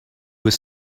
was